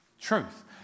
truth